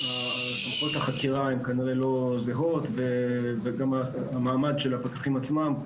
סמכויות החקירה הן כנראה לא זהות והמעמד של הפקחים עצמם,